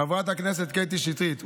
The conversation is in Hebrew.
חברת הכנסת קטי שטרית,